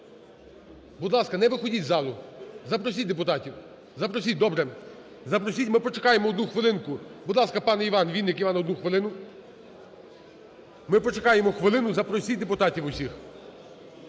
Будь ласка, не виходьте із залу. Запросіть депутатів. Запросіть! Добре! Ми почекаємо одну хвилинку. Будь ласка, пані Вінник Іван, одну хвилину. Ми почекаємо хвилину, запросіть депутатів усіх.